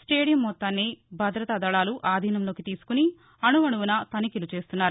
stadium మొత్తాన్ని భద్రతా దళాలు ఆధీనంలోకి తీసుకుని అణువణువున తనిఖీలు చేస్తున్నారు